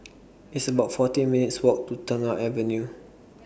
It's about fourteen minutes' Walk to Tengah Avenue